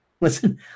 Listen